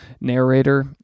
narrator